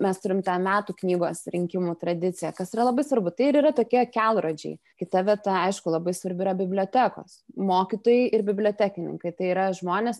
mes turim tą metų knygos rinkimų tradiciją kas yra labai svarbu tai ir yra tokie kelrodžiai kita vieta aišku labai svarbi yra bibliotekos mokytojai ir bibliotekininkai tai yra žmonės